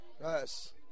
Yes